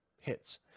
hits